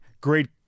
great